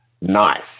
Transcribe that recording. Nice